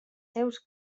seus